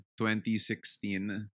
2016